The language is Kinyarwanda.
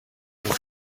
uruhu